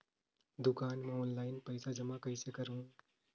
दुकान म ऑनलाइन पइसा जमा कइसे करहु?